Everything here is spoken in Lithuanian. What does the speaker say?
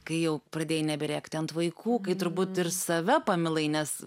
kai jau pradėjai neberėkti ant vaikų kai turbūt ir save pamilai nes